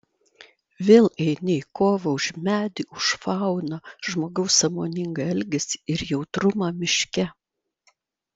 vėl eini į kovą už medį už fauną žmogaus sąmoningą elgesį ir jautrumą miške